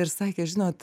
ir sakė žinot